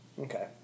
Okay